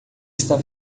está